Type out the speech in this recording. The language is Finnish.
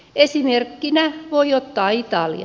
esimerkkinä voi ottaa italian